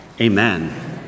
amen